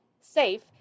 safe